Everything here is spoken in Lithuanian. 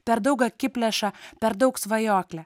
per daug akiplėša per daug svajoklė